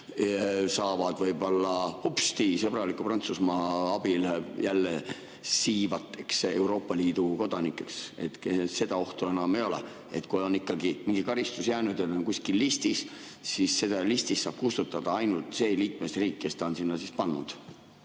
saavad hopsti! sõbraliku Prantsusmaa abil jälle siivsateks Euroopa Liidu kodanikeks, enam ei ole? Kui on ikkagi mingi karistus jäänud ja ta on kuskil listis, kas siis listist saab kustutada ainult see liikmesriik, kes ta on sinna pannud?